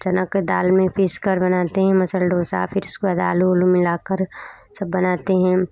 चना के दाल में पीस कर बनाते हैं मसाला डोसा फिर उसके बाद आलू ओलू मिला कर सब बनाते हैं